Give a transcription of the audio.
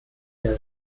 der